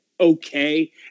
okay